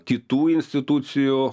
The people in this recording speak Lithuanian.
kitų institucijų